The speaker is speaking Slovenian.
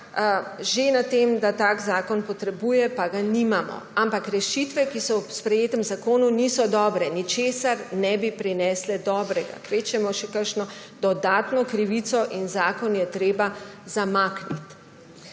že na tem, da tak zakon potrebuje, pa ga nimamo. Ampak rešitve, ki so v sprejetem zakonu, niso dobre, prinesle ne bi nič dobrega, kvečjemu še kakšno dodatno krivico. Zakon je treba zamakniti.